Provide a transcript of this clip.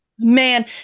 Man